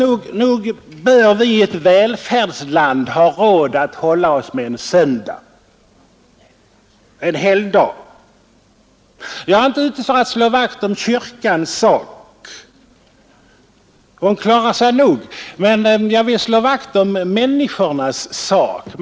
Nog bör vi i ett välfärdsland ha råd att hålla oss med en söndag, en helgdag. Jag är inte ute för att slå vakt om kyrkan — hon klarar sig nog — men jag vill slå vakt om människorna.